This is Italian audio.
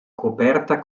coperta